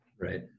Right